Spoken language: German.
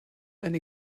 eine